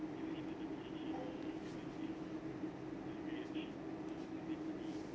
okay